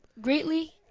greatly